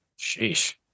Sheesh